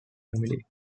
family